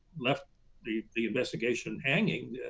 left the the investigation hanging